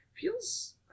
feels